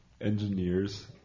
Engineers